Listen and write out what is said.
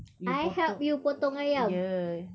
I help you potong ayam